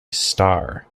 star